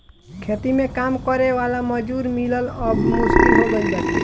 खेती में काम करे वाला मजूर मिलल अब मुश्किल हो गईल बाटे